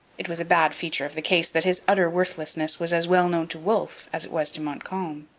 it was a bad feature of the case that his utter worthlessness was as well known to wolfe as it was to montcalm.